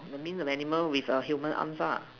I mean a animal with a human arm lah